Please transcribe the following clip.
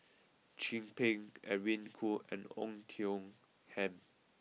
Chin Peng Edwin Koo and Oei Tiong Ham